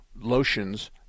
lotions